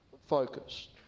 focused